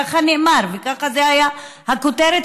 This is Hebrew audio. כך נאמר וכך הייתה הכותרת